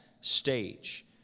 stage